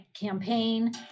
campaign